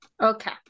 Okay